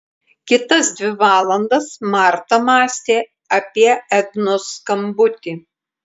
kitas dvi valandas marta mąstė apie ednos skambutį